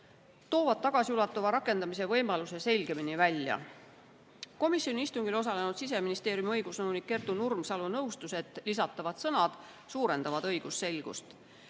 toovad tagasiulatuva rakendamise võimaluse selgemini välja. Komisjoni istungil osalenud Siseministeeriumi õigusnõunik Kertu Nurmsalu nõustus, et lisatavad sõnad suurendavad õigusselgust.